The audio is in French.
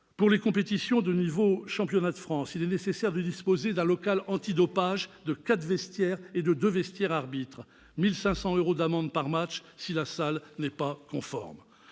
pour les compétitions de niveau « championnat de France », il est nécessaire de disposer d'un local antidopage, de quatre vestiaires et de deux vestiaires « arbitres »- 1 500 euros d'amende par match sont prévus si la salle n'est pas conforme.